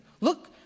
Look